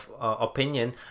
opinion